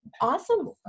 awesome